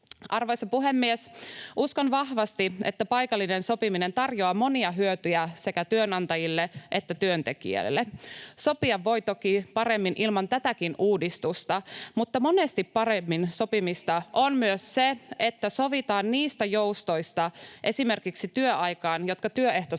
Arvoisa puhemies! Uskon vahvasti, että paikallinen sopiminen tarjoaa monia hyötyjä sekä työnantajille että työntekijöille. Sopia voi toki paremmin ilman tätäkin uudistusta, [Niina Malmin välihuuto] mutta monesti paremmin sopimista on myös se, että sovitaan esimerkiksi työaikaan niistä joustoista,